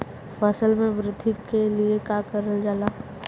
फसल मे वृद्धि के लिए का करल जाला?